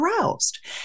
aroused